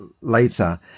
later